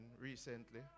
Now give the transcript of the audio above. recently